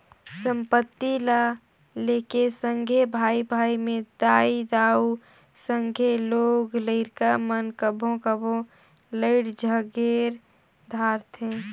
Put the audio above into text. संपत्ति ल लेके सगे भाई भाई में दाई दाऊ, संघे लोग लरिका मन कभों कभों लइड़ झगेर धारथें